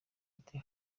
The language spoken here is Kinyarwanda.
ati